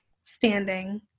standing